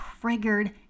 triggered